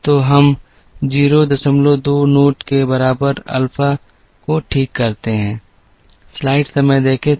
तो हम 02 नोट के बराबर अल्फा को ठीक करते हैं